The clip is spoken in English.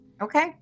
Okay